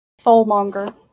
soulmonger